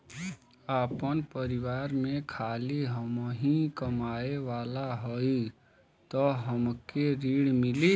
आपन परिवार में खाली हमहीं कमाये वाला हई तह हमके ऋण मिली?